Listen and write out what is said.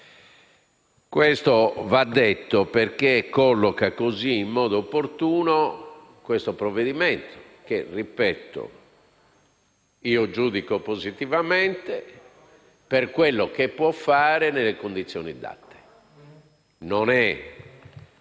Questo va detto perché colloca così in modo opportuno il provvedimento che, ripeto, giudico positivamente per ciò che può fare nelle condizioni date. Non è